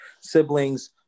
siblings